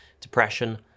depression